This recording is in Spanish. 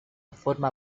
forma